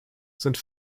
sind